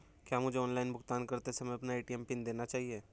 क्या मुझे ऑनलाइन भुगतान करते समय अपना ए.टी.एम पिन देना चाहिए?